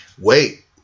wait